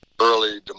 early